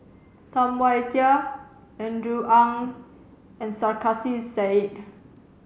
Tam Wai Jia Andrew Ang and Sarkasi Said